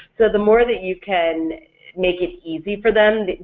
so the more that you can make it easy for them,